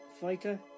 fighter